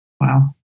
Wow